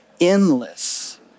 endless